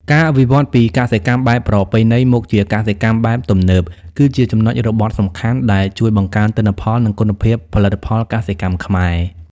ការវិវត្តន៍ពីកសិកម្មបែបប្រពៃណីមកជាកសិកម្មបែបទំនើប គឺជាចំណុចរបត់សំខាន់ដែលជួយបង្កើនទិន្នផល និងគុណភាពផលិតផលកសិកម្មខ្មែរ។